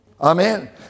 Amen